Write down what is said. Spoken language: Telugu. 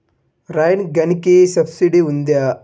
రైన్ గన్కి సబ్సిడీ ఉందా?